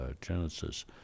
Genesis